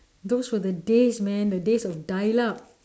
those were the days man the days of dial up